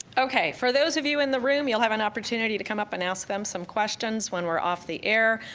okay, for those of you in the room, you'll have an opportunity to come up and ask them some questions when we're off the air.